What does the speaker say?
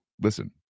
listen